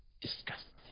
Disgusting